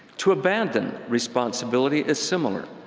to abandon responsibility is similar,